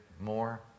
more